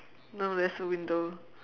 no there's a window